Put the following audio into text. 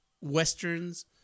westerns